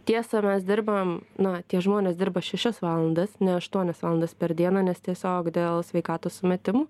tiesa mes dirbam na tie žmonės dirba šešias valandas ne aštuonias valandas per dieną nes tiesiog dėl sveikatos sumetimų